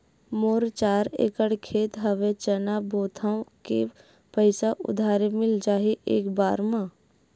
मोर चार एकड़ खेत हवे चना बोथव के पईसा उधारी मिल जाही एक बार मा?